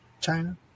China